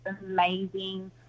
amazing